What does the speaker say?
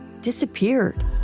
disappeared